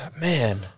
Man